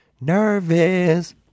nervous